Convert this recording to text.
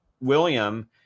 William